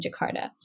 Jakarta